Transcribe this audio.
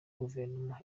guverinoma